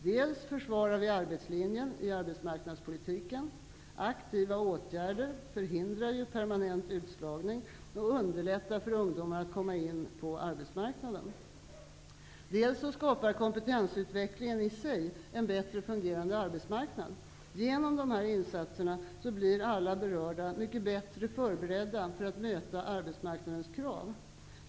Dels försvarar vi arbetslinjen i arbetsmarknadspolitiken: aktiva åtgärder förhindrar ju permanent utslagning och underlättar för ungdomar att komma in på arbetsmarknaden, dels skapar kompetensutvecklingen i sig en bättre fungerande arbetsmarknad: genom dessa insatser blir alla berörda mycket bättre förberedda för att möta arbetsmarknadens krav.